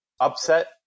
upset